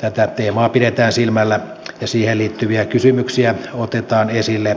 tätä teemaa pidetään silmällä ja siihen liittyviä kysymyksiä otetaan esille